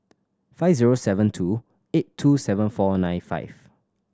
five zero seven two eight two seven four nine five